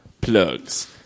Plugs